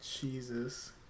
Jesus